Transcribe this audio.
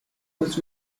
was